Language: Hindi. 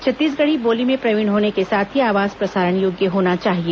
छत्तीसगढ़ी बोली में प्रवीण होने के साथ ही आवाज प्रसारण योग्य होना चाहिए